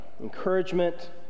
encouragement